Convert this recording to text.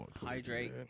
Hydrate